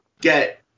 get